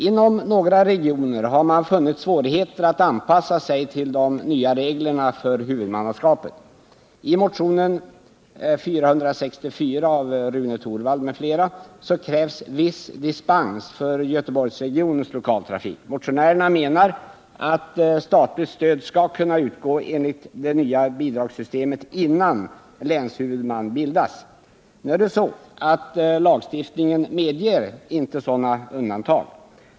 Inom några regioner har man funnit det svårt att anpassa sig till de nya reglerna för huvudmannaskapet. I motionen 464 av Rune Torwald m.fl. krävs viss dispens för Göteborgsregionens lokaltrafik. Motionärerna menar att statligt stöd skall kunna utgå enligt det nya bidragssystemet innan länshuvudman har bildats. Nu är det så att lagstiftningen inte medger sådana undantag.